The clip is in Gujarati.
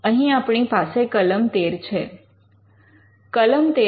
અહીં આપણી પાસે કલમ 13 છે